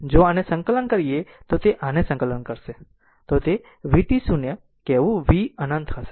જો આને સંકલન કરે છે તો તે આને સંકલન કરશે તો તે vt0 કહેવું v અનંત હશે